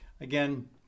Again